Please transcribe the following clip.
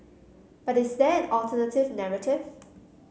but is there an alternative narrative